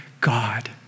God